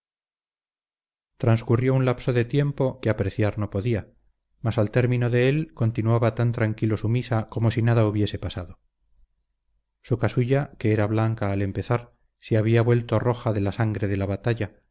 transcurrió un lapso de tiempo que apreciar no podía mas al término de él continuaba tan tranquilo su misa como si nada hubiese pasado su casulla que era blanca al empezar se había vuelto roja de la sangre de la batalla